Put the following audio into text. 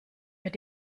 wird